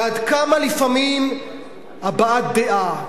ועד כמה לפעמים הבעת דעה,